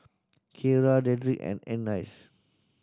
Kyara Dedric and Annice